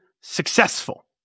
successful